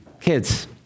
kids